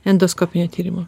endoskopinio tyrimo